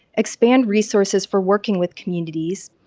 expand resources for working with communities,